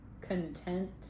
content